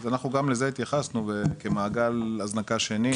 אנחנו גם לזה התייחסנו כמעגל הזנקה שני.